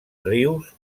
rius